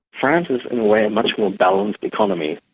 france is in a way a much more balanced economy,